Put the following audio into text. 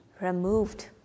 removed